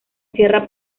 sierra